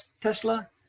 Tesla